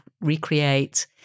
recreate